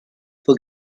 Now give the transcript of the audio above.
for